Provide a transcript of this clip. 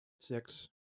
Six